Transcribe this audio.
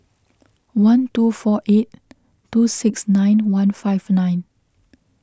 one two four eight two six nine one five nine